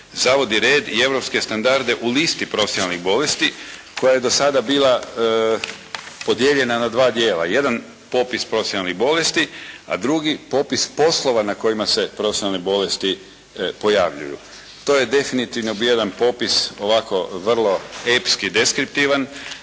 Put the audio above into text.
zavodi red i europske standarde u listi profesionalnih bolesti koja je dosada bila podijeljena na dva dijela. Jedan popis profesionalnih bolesti, a drugi popis poslova na kojima se profesionalne bolesti pojavljuju. To je definitivno bio jedan popis ovako vrlo epski i deskriptivan,